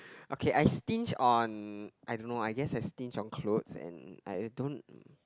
okay I stinge on I don't know I guess I stinge on clothes and I don't